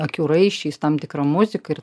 akių raiščiais tam tikra muzika ir